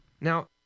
Now